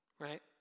right